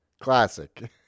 classic